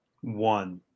One